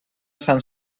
sant